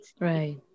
Right